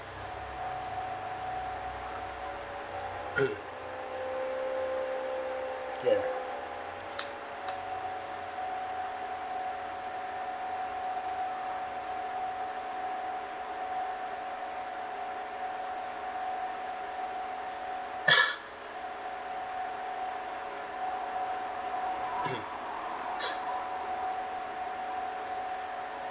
ya